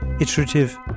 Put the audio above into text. Iterative